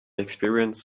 experience